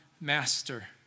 master